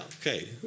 okay